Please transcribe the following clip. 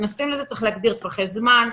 צריך להגדיר טווחי זמן,